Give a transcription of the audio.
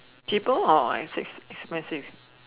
cable or S six is my six